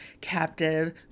Captive